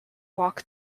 walk